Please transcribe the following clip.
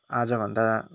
आजभन्दा